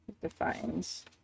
defines